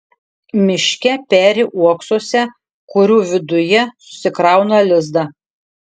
miške peri uoksuose kurių viduje susikrauna lizdą